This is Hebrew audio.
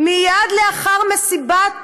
מייד לאחר מסיבת,